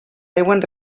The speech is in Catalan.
deuen